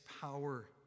power